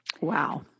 Wow